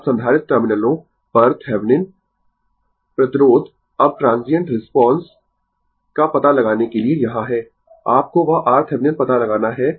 अब संधारित्र टर्मिनलों पर थैवनिन प्रतिरोध अब ट्रांसिएंट रिस्पांस का पता लगाने के लिए यहां है आपको वह RThevenin पता लगाना है